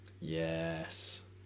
Yes